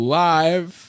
live